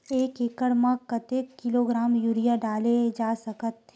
एक एकड़ म कतेक किलोग्राम यूरिया डाले जा सकत हे?